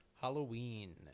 Halloween